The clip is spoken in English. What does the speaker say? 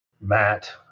Matt